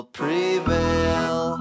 prevail